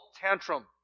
tantrum